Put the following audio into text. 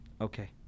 Okay